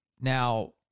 now